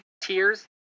tears